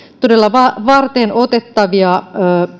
todella varteenotettavia